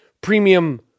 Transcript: premium